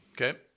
Okay